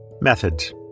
Methods